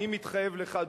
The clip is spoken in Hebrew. אני מתחייב לך,